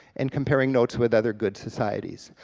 and comparing notes with other good societies.